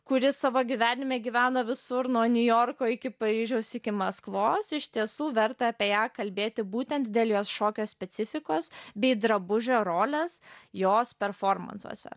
kuri savo gyvenime gyvena visur nuo niujorko iki paryžiaus iki maskvos iš tiesų verta apie ją kalbėti būtent dėl jos šokio specifikos bei drabužio rolės jos performansuose